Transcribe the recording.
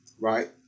right